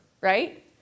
Right